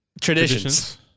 Traditions